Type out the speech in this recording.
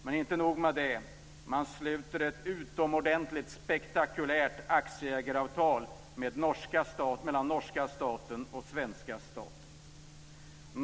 Men inte nog med det, man sluter ett utomordentligt spektakulärt aktieägaravtal mellan den norska staten och den svenska staten.